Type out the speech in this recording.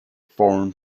foreign